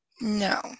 No